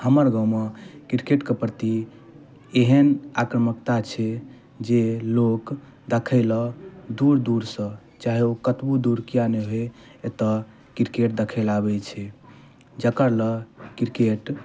हमर गाँवमे क्रिकेट कऽ प्रति एहन आक्रमकता छै जे लोक देखै लऽ दूर दूरसँ चाहे ओ कतबो दूर किआ नहि होय एतऽ क्रिकेट देखय लऽ आबैत छै जेकर लऽ क्रिकेट